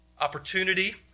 opportunity